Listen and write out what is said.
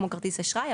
כמו כרטיס אשראי,